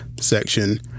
section